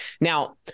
Now